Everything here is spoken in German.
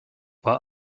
war